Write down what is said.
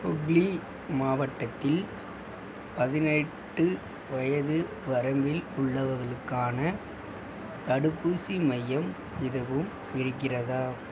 ஹூக்ளி மாவட்டத்தில் பதினெட்டு வயது வரம்பில் உள்ளவர்களுக்கான தடுப்பூசி மையம் எதுவும் இருக்கிறதா